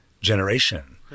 generation